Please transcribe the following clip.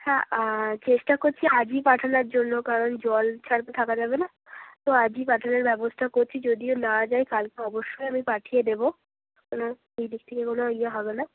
হ্যাঁ চেষ্টা করছি আজই পাঠানোর জন্য কারণ জল ছাড়া তো থাকা যাবে না তো আজই পাঠানোর ব্যবস্থা করছি যদি না যায় কালকে অবশ্যই আমি পাঠিয়ে দেব কোনো সেই দিক থেকে কোনো ইয়ে হবে না